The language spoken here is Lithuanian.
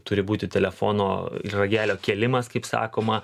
turi būti telefono ragelio kėlimas kaip sakoma